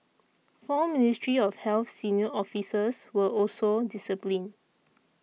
four Ministry of Health senior officers were also disciplined